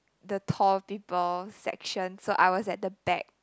the tall people section so I was at the back